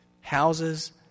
houses